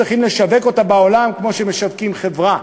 צריכים לשווק אותה בעולם כמו שמשווקים חברה.